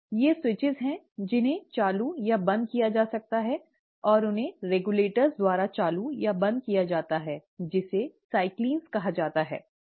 ये स्विच हैं जिन्हें चालू या बंद किया जा सकता है और इन्हें रेगुलेटर द्वारा चालू या बंद किया जाता है जिन्हें साइक्लिन 'cyclins'कहा जाता है